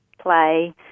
play